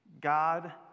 God